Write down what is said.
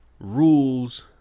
Rules